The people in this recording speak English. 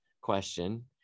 question